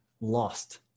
lost